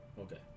Okay